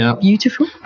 beautiful